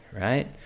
right